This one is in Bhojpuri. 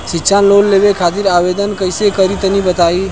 शिक्षा लोन लेवे खातिर आवेदन कइसे करि तनि बताई?